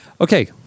Okay